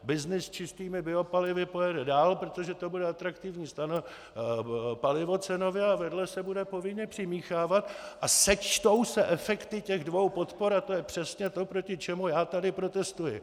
Byznys s čistými biopalivy pojede dál, protože to bude atraktivní palivo cenově, ale vedle se bude povinně přimíchávat a sečtou se efekty dvou podpor a to je přesně to, proti čemu já tady protestuji.